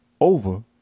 over